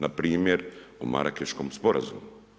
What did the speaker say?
Npr. o Marakeškom sporazumu.